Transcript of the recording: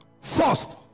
First